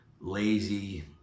lazy